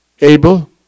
Abel